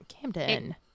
camden